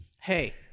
hey